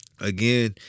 Again